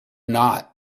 not